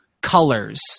colors